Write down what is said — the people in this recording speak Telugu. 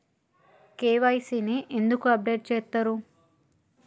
కే.వై.సీ ని ఎందుకు అప్డేట్ చేత్తరు?